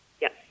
Yes